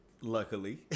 luckily